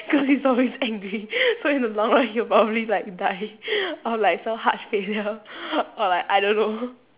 cause he's always angry so in the long run he'll probably like die of like some heart failure or like I don't know